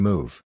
Move